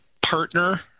partner